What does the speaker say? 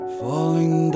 falling